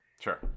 sure